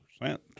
percent